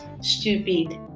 stupid